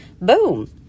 Boom